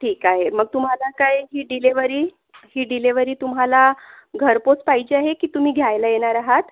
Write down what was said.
ठीक आहे मग तुम्हाला काय ही डिलेव्हरी ही डिलेव्हरी तुम्हाला घरपोच पाहिजे आहे की तुम्ही घ्यायला येणार आहात